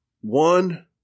one